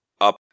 up